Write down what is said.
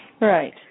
Right